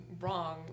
wrong